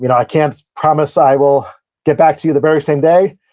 you know i can't promise i will get back to you the very same day,